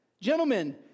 Gentlemen